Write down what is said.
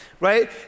right